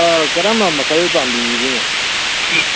ꯀꯔꯝꯕ ꯃꯈꯜ ꯄꯥꯝꯕꯤꯔꯤꯅꯣ